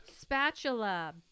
spatula